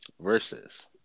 versus